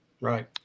Right